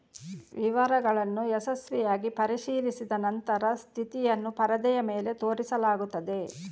ವಿವರಗಳನ್ನು ಯಶಸ್ವಿಯಾಗಿ ಪರಿಶೀಲಿಸಿದ ನಂತರ ಸ್ಥಿತಿಯನ್ನು ಪರದೆಯ ಮೇಲೆ ತೋರಿಸಲಾಗುತ್ತದೆ